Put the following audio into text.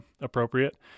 appropriate